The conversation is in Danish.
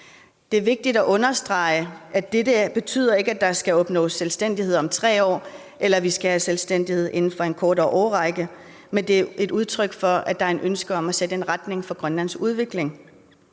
Det er vigtigt at understrege, at dette ikke betyder, at der skal opnås selvstændighed om 3 år, eller at vi skal have selvstændighed inden for en kortere årrække. Men det er et udtryk for, at der er et ønske om at sætte en retning for Grønlands udvikling.